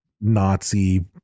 Nazi